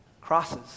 Crosses